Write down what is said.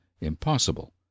impossible